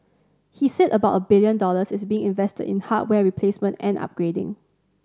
he said about a billion dollars is being invested in hardware replacement and upgrading